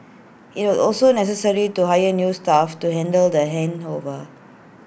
IT was also necessary to hire new staff to handle the handover